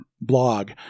blog